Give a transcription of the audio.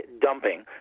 dumping